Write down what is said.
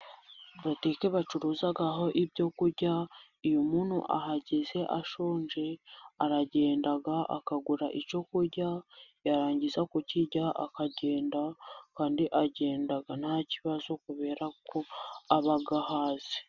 Butike bacuruzaho ibyo kurya iyo umuntu ahageze ashonje, aragenda akagura icyo kurya, yarangiza kukirya akagenda, kandi agenda nta kibazo kubera ko aba ahaze.